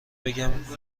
بگم